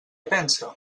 pensa